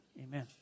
Amen